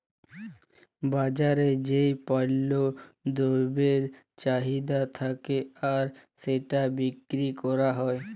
বাজারে যেই পল্য দ্রব্যের চাহিদা থাক্যে আর সেটা বিক্রি ক্যরা হ্যয়